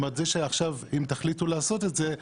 אם תחליטו לעשות את זה,